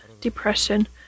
depression